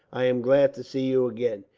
i am glad to see you again.